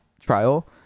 trial